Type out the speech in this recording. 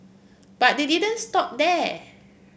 but they didn't stop there